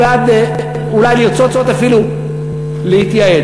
או בעד אולי לרצות אפילו להתייעל,